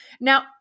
Now